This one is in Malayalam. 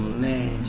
15